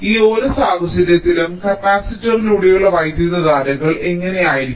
ഈ ഓരോ സാഹചര്യത്തിലും കപ്പാസിറ്ററിലൂടെയുള്ള വൈദ്യുതധാരകൾ എങ്ങനെയായിരിക്കും